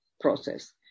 process